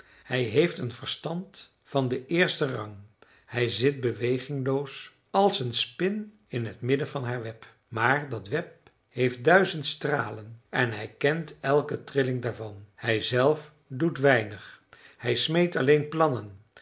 hij heeft een verstand van den eersten rang hij zit bewegingloos als een spin in het midden van haar web maar dat web heeft duizend stralen en hij kent elke trilling daarvan hij zelf doet weinig hij smeedt alleen plannen